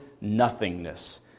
nothingness